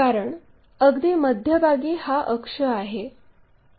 कारण अगदी मध्यभागी हा अक्ष आहे